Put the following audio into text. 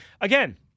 Again